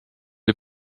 les